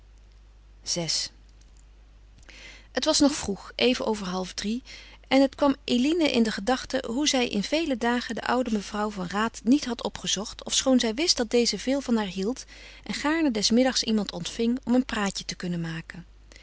vi het was nog vroeg even over halfdrie en het kwam eline in de gedachte hoe zij in vele dagen de oude mevrouw van raat niet had opgezocht ofschoon zij wist dat deze veel van haar hield en gaarne des middags iemand ontving om een praatje te kunnen maken